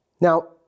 Now